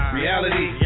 reality